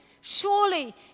surely